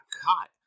caught